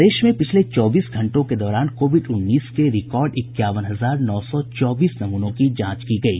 प्रदेश में पिछले चौबीस घंटों के दौरान कोविड उन्नीस के रिकार्ड इक्यावन हजार नौ सौ चौबीस नमूनों की जांच की गयी